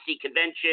Convention